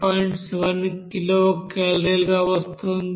7 కిలోకలోరీగా వస్తోంది